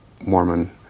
Mormon